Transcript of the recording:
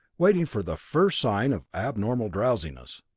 waiting for the first sign of abnormal drowsiness.